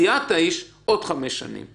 לא מתחילים מחדש.